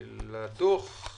לדוח.